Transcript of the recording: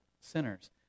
sinners